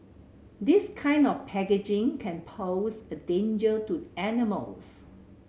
this kind of packaging can pose a danger to animals